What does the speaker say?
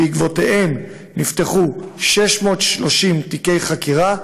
ובעקבותיהם נפתחו 630 תיקי חקירה,